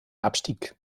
abstieg